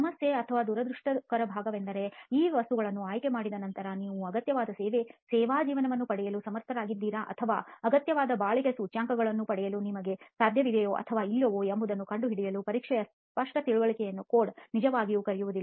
ಸಮಸ್ಯೆ ಅಥವಾ ದುರದೃಷ್ಟಕರ ಭಾಗವೆಂದರೆ ಈ ವಸ್ತುಗಳನ್ನು ಆಯ್ಕೆ ಮಾಡಿದ ನಂತರ ನೀವು ಅಗತ್ಯವಾದ ಸೇವಾ ಜೀವನವನ್ನು ಪಡೆಯಲು ಸಮರ್ಥರಾಗಿದ್ದೀರಾ ಅಥವಾ ಅಗತ್ಯವಾದ ಬಾಳಿಕೆ ಸೂಚ್ಯಂಕಗಳನ್ನು ಪಡೆಯಲು ನಿಮಗೆ ಸಾಧ್ಯವಿದೆಯೇ ಅಥವಾ ಇಲ್ಲವೇ ಎಂಬುದನ್ನು ಕಂಡುಹಿಡಿಯಲು ಪರೀಕ್ಷೆಯ ಸ್ಪಷ್ಟ ತಿಳುವಳಿಕೆಯನ್ನು ಕೋಡ್ ನಿಜವಾಗಿಯೂ ಕರೆಯುವುದಿಲ್ಲ